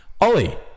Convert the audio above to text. Ollie